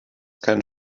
keinen